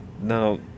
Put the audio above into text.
Now